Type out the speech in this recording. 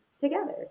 together